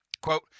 Quote